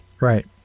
Right